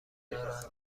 دارد